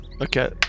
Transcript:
Okay